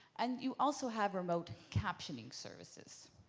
and you also have remote captioning services.